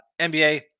NBA